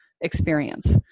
experience